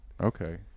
Okay